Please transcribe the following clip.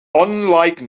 unlike